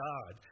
God